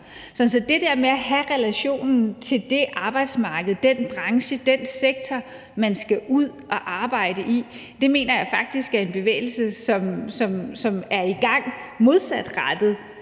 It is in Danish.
Så det der med at have relationen til det arbejdsmarked, den branche og den sektor, man skal ud at arbejde i, mener jeg faktisk er en bevægelse, som er i gang, modsatrettet